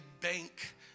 bank